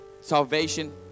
salvation